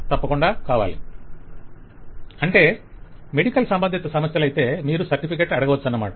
vendor అంటే medical సంబంధిత సమస్యలైతే మీరు సర్టిఫికేట్ అడగచ్చన్నమాట